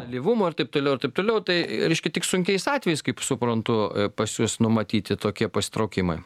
alyvumo ir taip toliau ir taip toliau tai reiškia tik sunkiais atvejais kaip suprantu pas jus numatyti tokie pasitraukimai